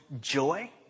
joy